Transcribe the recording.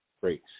great